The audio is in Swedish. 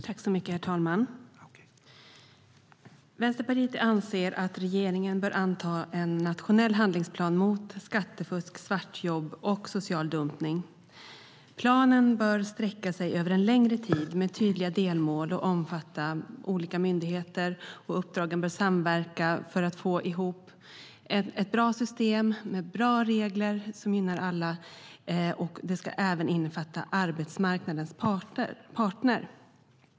Herr ålderspresident! Vänsterpartiet anser att regeringen bör anta en nationell handlingsplan mot skattefusk, svartjobb och social dumpning. Planen bör sträcka sig över en längre tid, ha tydliga delmål och omfatta olika myndigheter med uppdrag att samverka för att få ett bra system med bra regler som gynnar alla, och den ska även omfatta arbetsmarknadens parter.